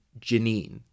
Janine